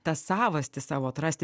tą savastį savo atrasti